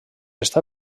està